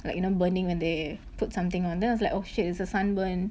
like you know burning when they put something on then I was like oh shit it's a sunburn